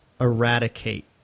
Eradicate